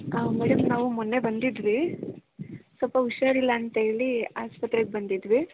ಆ ಮೇಡಮ್ ನಾವು ಮೊನ್ನೆ ಬಂದಿದ್ವಿ ಸ್ವಲ್ಪ ಹುಷಾರಿಲ್ಲ ಅಂತೇಳಿ ಆಸ್ಪತ್ರೆಗೆ ಬಂದಿದ್ವಿ